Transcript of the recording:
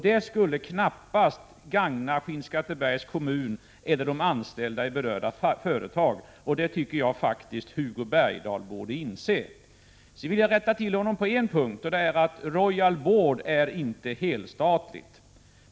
Det skulle knappast gagna Skinnskattebergs kommun eller anställda i berörda företag, och det tycker jag faktiskt att Hugo Bergdahl borde inse. Jag vill rätta en uppgift från Hugo Bergdahl. Det gäller uppgiften att Royal Board inte är helstatligt.